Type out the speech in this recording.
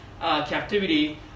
captivity